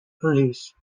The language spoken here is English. police